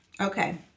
Okay